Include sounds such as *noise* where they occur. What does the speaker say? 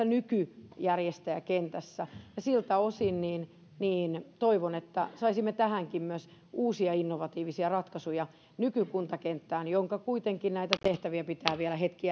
*unintelligible* nykyjärjestäjäkentässä siltä osin toivon että saisimme tähänkin myös uusia innovatiivisia ratkaisuja nykykuntakenttään jonka kuitenkin näitä tehtäviä pitää vielä hetki *unintelligible*